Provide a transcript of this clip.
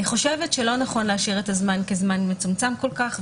אני חושבת שלא נכון להשאיר את הזמן כזמן מצומצם כל כך.